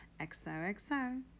XOXO